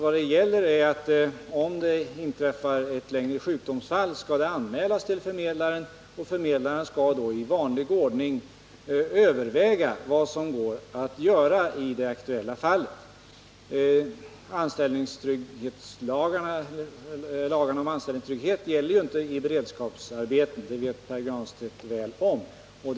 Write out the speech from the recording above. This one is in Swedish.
Vad det gäller är att en längre tids sjukdom skall anmälas till förmedlaren, och förmedlaren skall då i vanlig ordning överväga vad som går att göra i det aktuella fallet. Lagen om anställningstrygghet gäller ju inte beredskapsarbete; det känner Pär Granstedt väl till.